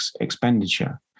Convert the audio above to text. expenditure